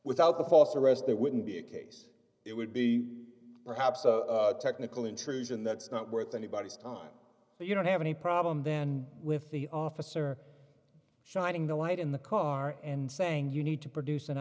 without the false arrest there wouldn't be a case it would be perhaps a technical intrusion that's not worth anybody's time but you don't have any problem then with the officer shining the light in the car and saying you need to produce an